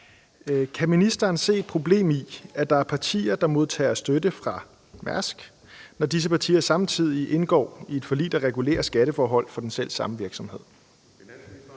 Kan ministeren se et problem i, at der er partier, der modtager støtte fra Mærsk, når disse partier samtidig indgår i et forlig, der regulerer skatteforhold for den selv samme virksomhed?